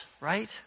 right